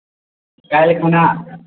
काल्हि खुना